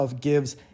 gives